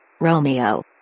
Romeo